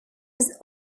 was